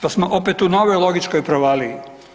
To smo opet u novoj logičkoj provaliji.